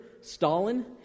Stalin